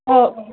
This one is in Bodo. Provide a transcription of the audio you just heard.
अ अ